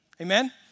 Amen